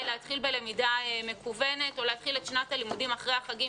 להתחיל בלמידה מקוונת או להתחיל את שנת הלימודים אחרי החגים